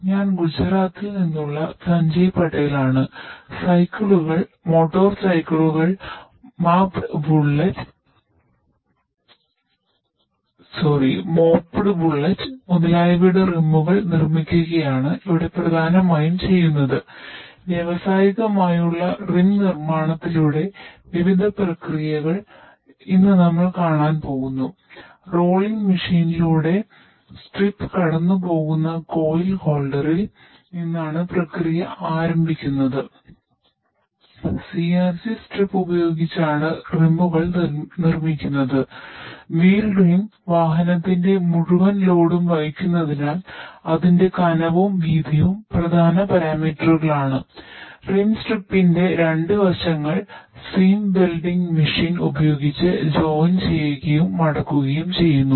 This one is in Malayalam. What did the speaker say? ഞാൻ ഗുജറാത്തിൽ ചെയ്യുകയും ചെയ്യുന്നു